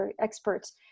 experts